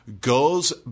goes